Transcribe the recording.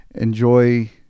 Enjoy